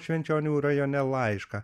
švenčionių rajone laišką